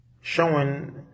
showing